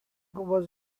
was